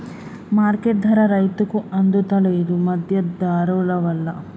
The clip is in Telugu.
మార్కెట్ ధర రైతుకు అందుత లేదు, మధ్య దళారులవల్ల